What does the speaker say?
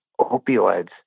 opioids